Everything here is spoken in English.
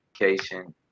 education